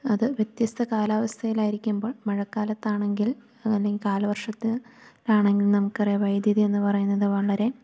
അത് വ്യത്യസ്ത കാലാവസ്ഥയിൽ ആയിരിക്കുമ്പോൾ മഴക്കാലത്താണെങ്കിൽ അല്ലേൽ കാല വർഷത്ത് ആണങ്കിൽ നമുക്കറിയയാം വൈദ്യുതി എന്ന് പറയുന്നത് വളരെ